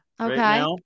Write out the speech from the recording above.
Okay